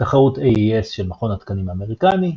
תחרות AES של מכון התקנים האמריקאי,